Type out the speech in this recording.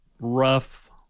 rough